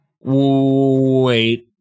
Wait